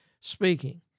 speaking